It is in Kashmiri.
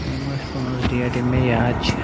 یِم ٲسۍ پانٛژھ ڈیٹ یِم مےٚ یاد چھِ